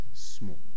small